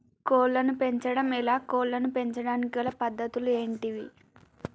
కోళ్లను పెంచడం ఎలా, కోళ్లను పెంచడానికి గల పద్ధతులు ఏంటివి?